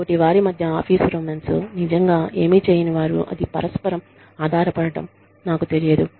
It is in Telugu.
తోటివారి మధ్య ఆఫీసు రొమాన్స్ నిజంగా ఏమి చేయని వారు అది పరస్పరం ఆధారపడటంనాకు తెలియదు